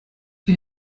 wir